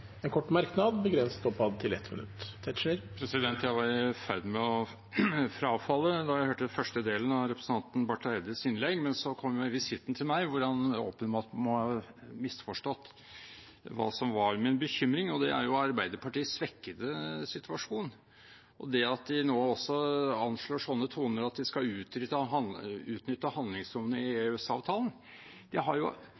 en kort merknad, begrenset til 1 minutt. Jeg var i ferd med å frafalle da jeg hørte første delen av representanten Barth Eides innlegg, men så kom visitten til meg hvor han åpenbart må ha misforstått hva som var min bekymring. Det er Arbeiderpartiets svekkede situasjon og det at de nå anslår sånne toner som at de skal utnytte handlingsrommet i